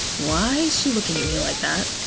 why's she looking at me like that?